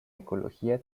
ecología